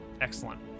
Excellent